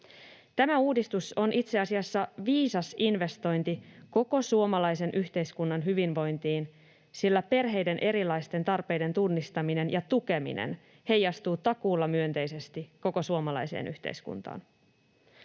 Tämä uudistus on itse asiassa viisas investointi koko suomalaisen yhteiskunnan hyvinvointiin, sillä perheiden erilaisten tarpeiden tunnistaminen ja tukeminen heijastuu takuulla myönteisesti koko suomalaiseen yhteiskuntaan.